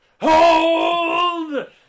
Hold